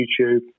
YouTube